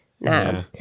nah